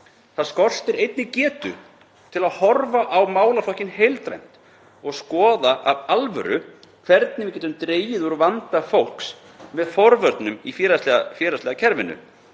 Það skortir einnig getu til að horfa á málaflokkinn heildrænt og skoða af alvöru hvernig við getum dregið úr vanda fólks með forvörnum í félagslega kerfinu